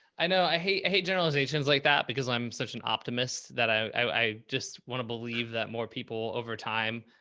i know. i hate hate generalizations like that because i'm such an optimist that i i just want to believe that more people over time,